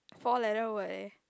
four letter word eh